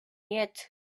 yet